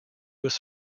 was